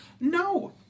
no